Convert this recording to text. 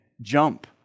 jump